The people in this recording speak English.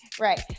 Right